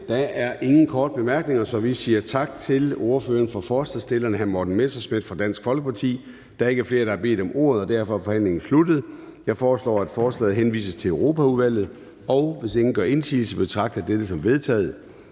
Der er ingen korte bemærkninger, så vi siger tak til ordføreren for forslagsstillerne, hr. Morten Messerschmidt fra Dansk Folkeparti. Der er ikke flere, der har bedt om ordet, og derfor er forhandlingen sluttet. Jeg foreslår, at forslaget til folketingsbeslutning henvises til Europaudvalget. Hvis ingen gør indsigelse, betragter jeg dette som vedtaget.